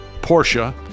Porsche